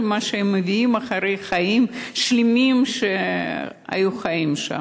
מה שהם מביאים אחרי חיים שלמים שהם חיו שם.